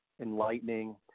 enlightening